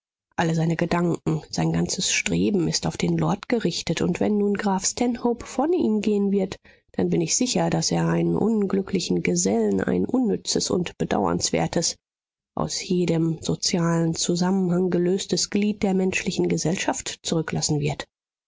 alle seine gedanken sein ganzes streben ist auf den lord gerichtet und wenn nun graf stanhope von ihm gehen wird dann bin ich sicher daß er einen unglücklichen gesellen ein unnützes und bedauernswertes aus jedem sozialen zusammenhang gelöstes glied der menschlichen gesellschaft zurücklassen wird